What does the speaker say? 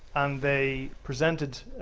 and they presented